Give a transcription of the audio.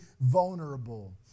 vulnerable